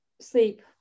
sleep